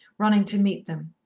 running to meet them,